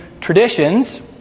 traditions